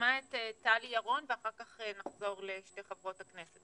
נשמע את טלי ירון ואחר כך נחזור לשתי חברות הכנסת,